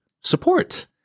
support